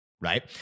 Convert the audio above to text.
right